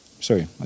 Sorry